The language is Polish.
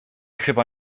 chyba